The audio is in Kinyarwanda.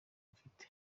mfite